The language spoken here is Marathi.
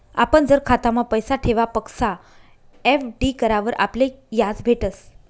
आपण जर खातामा पैसा ठेवापक्सा एफ.डी करावर आपले याज भेटस